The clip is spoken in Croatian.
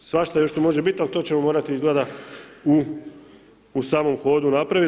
Svašta još tu može bit, ali to ćemo morat izgleda u, u samom hodu napravit.